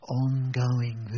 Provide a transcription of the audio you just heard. ongoing